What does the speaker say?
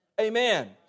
Amen